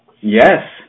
Yes